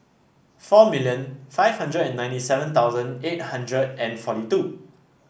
four million five hundred and ninety seven thousand eight hundred and forty two